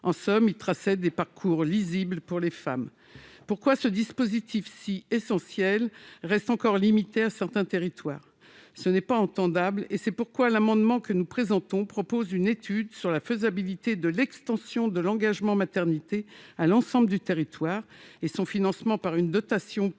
En somme, il traçait des parcours lisibles pour les femmes. Pourquoi ce dispositif si essentiel reste-t-il encore limité à certains territoires ? Ce n'est pas entendable. C'est la raison pour laquelle l'amendement que nous présentons vise à demander une étude sur la faisabilité de l'extension de l'« engagement maternité » à l'ensemble du territoire et à prévoir son financement par une dotation